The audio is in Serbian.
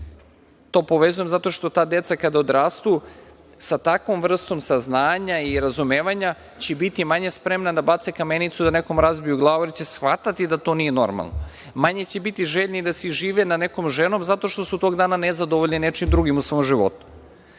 To povezujem zato što ta deca kada odrastu sa takvom vrstom saznanja i razumevanja će biti manje spremna da bace kamenicu da nekom razbiju glavu, jer će shvatati da to nije normalno. Manje će biti željni da se ižive nad nekom ženom zato što su tog dana nezadovoljnim nečim drugim u svom životu.